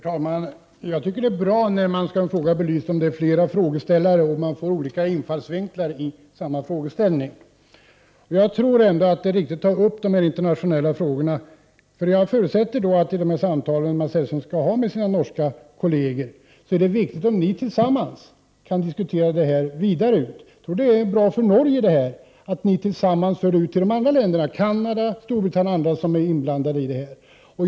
Herr talman! Jag tycker att det är bra att fler frågeställare deltar i debatten för att man skall få frågan belyst ur olika infallsvinklar. Jag tror ändå att det är riktigt att ta upp dessa frågor i internationella sammanhang. Jag förutsätter att Mats Hellström i de samtal som han skall ha med sina norska kolleger diskuterar detta vidare. Jag tror att det är bra för Norge att han tillsammans med dem för ut detta till andra länder, t.ex. Canada och Storbritannien, som är inblandade.